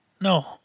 No